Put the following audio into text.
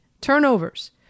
turnovers